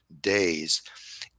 days